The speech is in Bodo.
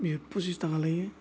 बेयो फसिच थाखा लायो